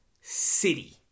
City